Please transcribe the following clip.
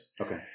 Okay